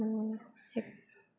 હું એક